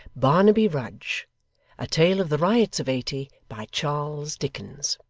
barnaby rudge a tale of the riots of eighty by charles dickens